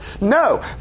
No